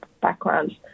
backgrounds